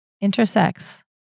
intersects